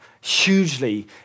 hugely